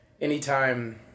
anytime